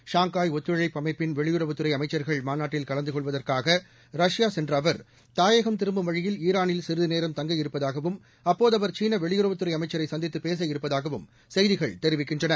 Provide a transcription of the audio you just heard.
Shanghai ஒத்துழைப்பு அமைப்பிள் வெளியுறவுத்துறை அமைச்சர்கள் மாநாட்டில் கலந்து கொள்வதற்காக ரஷ்யா சென்ற அவர் தாயகம் திரும்பும் வழியில் ஈரானில் சிறிது நேரம் தங்கவிருப்பதாகவும் அப்போது அவர் சீன வெளியுறவுத்துறை அமைச்சரை சந்தித்துப் பேசவிருப்பதாகவும் செய்திகள் தெரிவிக்கின்றன